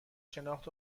شناخت